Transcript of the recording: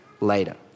later